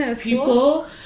People